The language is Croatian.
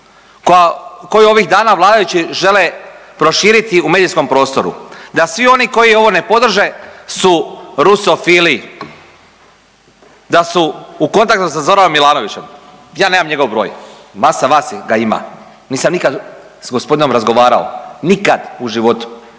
koju ovih dana vladajući žele proširiti u medijskom prostoru da svi oni koji ovo ne podrže su rusofili. Da su u kontaktu sa Zoranom Milanovićem. Ja nemam njegov broj, masa vas ga ima, nisam nikad s gospodinom razgovarao. Nikad u životu